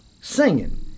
singing